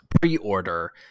pre-order